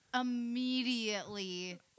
immediately